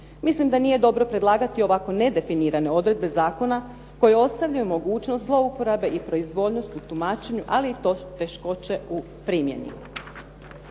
Mislim da nije dobro predlagati ovako nedefinirane odredbe zakona koje ostavljaju mogućnost zlouporabe i proizvoljnost u tumačenju ali i teškoće u primjeni.